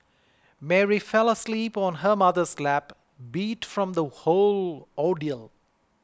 Mary fell asleep on her mother's lap beat from the whole ordeal